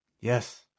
Yes